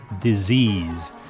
disease